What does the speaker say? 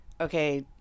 Okay